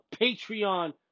Patreon